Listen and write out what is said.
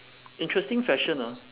interesting fashion ah